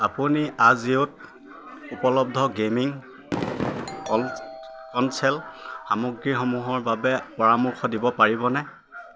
আপুনি আজিঅ'ত উপলব্ধ গে'মিং কনছ'ল সামগ্ৰীসমূহৰ বাবে পৰামৰ্শ দিব পাৰিবনে